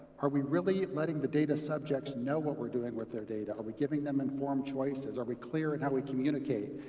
are we really letting the data subjects know what we're doing with their data? are we giving them informed choices? are we clear in how we communicate?